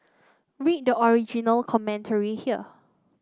read the original commentary here